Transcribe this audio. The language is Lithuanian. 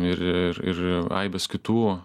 ir ir ir aibės kitų